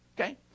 okay